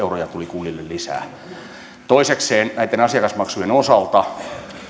kunnille lisää toisekseen näitten asiakasmaksujen osalta